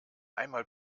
einmal